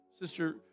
Sister